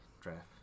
draft